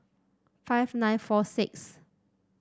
five nine four six